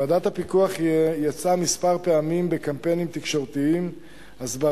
ועדת הפיקוח יצאה כמה פעמים בקמפיינים תקשורתיים-הסברתיים